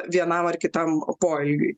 vienam ar kitam poelgiui